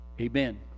Amen